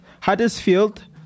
Huddersfield